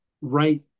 right